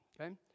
okay